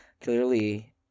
clearly